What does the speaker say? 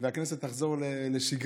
יהיה מלא והכנסת תחזור לשגרה.